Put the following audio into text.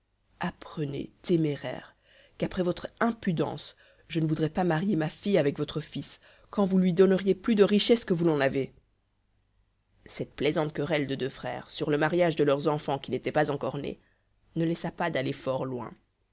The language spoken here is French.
apprenez téméraire qu'après votre impudence je ne voudrais pas marier ma fille avec votre fils quand vous lui donneriez plus de richesses que vous n'en avez cette plaisante querelle de deux frères sur le mariage de leurs enfants qui n'étaient pas encore nés ne laissa pas d'aller fort loin